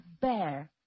bear